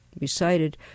recited